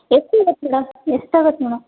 ಎಷ್ಟು ಎಷ್ಟಾಗತ್ತೆ ಮೇಡಮ್